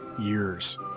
years